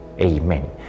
Amen